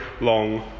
long